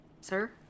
Sir